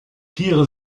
tiere